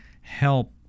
help